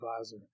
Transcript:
advisor